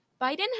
Biden